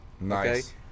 nice